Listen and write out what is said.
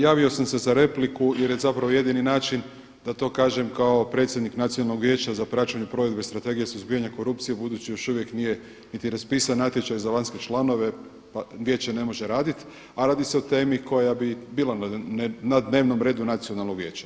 Javio sam se za repliku jer je zapravo jedini način da to kažem kao predsjednik Nacionalnog vijeća za praćenje provedbe strategije suzbijanja korupcije budući još uvijek nije niti raspisan natječaj za vanjske članove, pa vijeće ne može raditi a radi se o temi koja bi bila na dnevnom redu Nacionalnog vijeća.